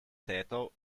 täter